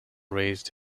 raised